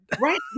right